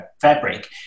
fabric